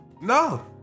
No